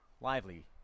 Lively